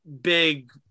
big